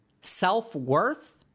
Self-worth